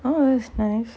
oh that's nice